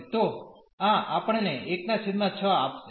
તો આ આપણને 16 આપશે